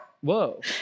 Whoa